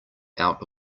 out